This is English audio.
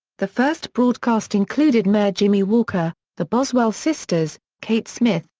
the first broadcast included mayor jimmy walker, the boswell sisters, kate smith,